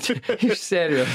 čia iš serijos